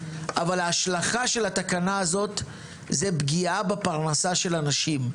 אבל ההשלכה של התקנה הזאת היא פגיעה בפרנסה של אנשים,